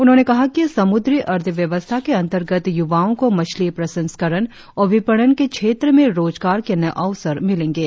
उन्होंने कहा कि समुद्री अर्थव्यवस्था के अंतर्गत युवाओं को मछली प्रसंस्करण और विपणन के क्षेत्र में रोजगार के नए अवसर मिलेंगे